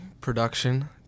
production